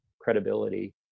credibility